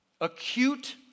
acute